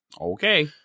Okay